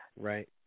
right